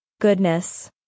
goodness